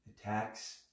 attacks